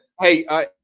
Hey